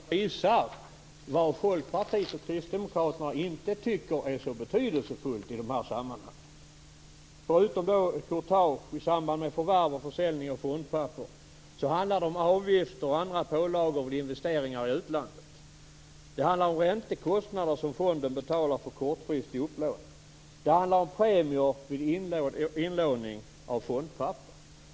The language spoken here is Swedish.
Fru talman! Jag kan ta några exempel som visar vad Folkpartiet och Kristdemokraterna inte tycker är så betydelsefullt i dessa sammanhang. Förutom courtage i samband med förvärv och försäljning av fondpapper handlar det om avgifter och andra pålagor vid investeringar i utlandet. Det handlar om räntekostnader som fonden betalar för kortfristig upplåning. Det handlar om premier vid inlåning av fondpapper.